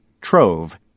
Trove